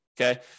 okay